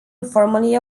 informally